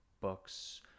books